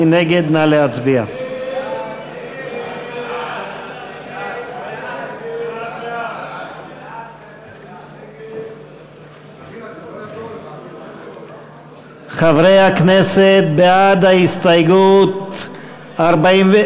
1. התוצאות: בעד ההסתייגות לחלופין (ב) 45,